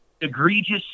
egregious